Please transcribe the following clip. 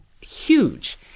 Huge